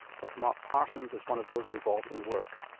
dr mark parsons is one those involved in the work.